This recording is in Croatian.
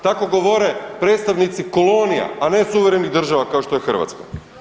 Tako govore predstavnici kolonija, a ne suverenih država kao što je Hrvatska.